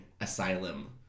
asylum